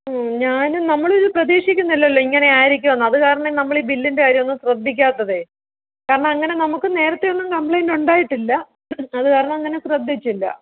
ഞാനും നമ്മളിത് പ്രതീക്ഷിക്കുന്നില്ലലോ ഇങ്ങനെ ആയിരിക്കുവെന്ന് അത് കാരണം നമ്മളീ ബില്ലിൻ്റെ കാര്യമങ് ശ്രദ്ധിക്കാത്തത് കാരണം അങ്ങനെ നമുക്കും നേരത്തെയൊന്നും കംപ്ലയിൻറ്റ് ഉണ്ടായിട്ടില്ല അത് കാരണം അങ്ങനെ ശ്രദ്ധിച്ചില്ല